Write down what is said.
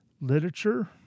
literature